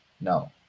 no